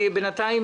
בינתיים